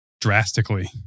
drastically